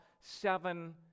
seven